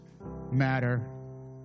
matter